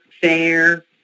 fair